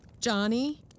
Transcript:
Johnny